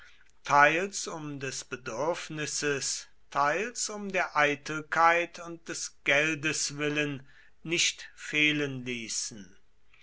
teils um des bedürfnisses teils um der eitelkeit und des geldes willen nicht fehlen ließen